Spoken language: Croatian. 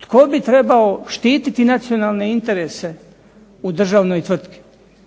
tko bi trebao štititi nacionalne interese u državnoj tvrtki?